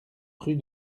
rue